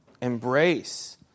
Embrace